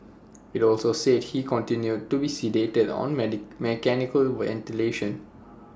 IT also said he continued to be sedated and on many mechanical ventilation